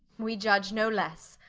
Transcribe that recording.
we iudge no lesse.